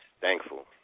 Thankful